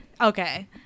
Okay